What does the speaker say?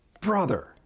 brother